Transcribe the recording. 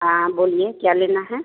हाँ बोलिए क्या लेना है